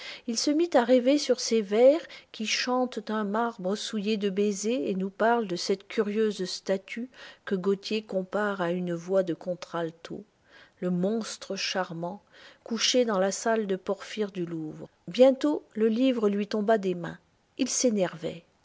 il se mit à rêver sur ces vers qui chantent un marbre souillé de baisers et nous parlent de cette curieuse statue que gautier compare à une voix de contralto le monstre charmant couché dans la salle de porphyre du louvre bientôt le livre lui tomba des mains il s'énervait